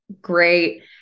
great